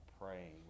praying